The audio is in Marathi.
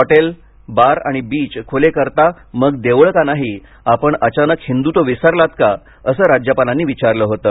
हॉटेल बार आणि बीच खुले करता मग देवळं का नाही आपण अचानक हिंदुत्व विसरलात का असं राज्यपालांनी विचारलं होतं